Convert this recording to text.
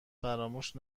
فراموش